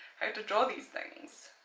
to draw these things